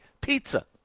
pizza